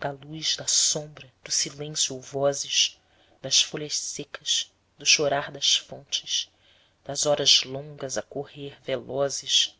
da luz da sombra do silêncio ou vozes das folhas secas do chorar das fontes das horas longas a correr velozes